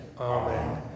Amen